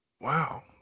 Wow